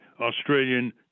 Australian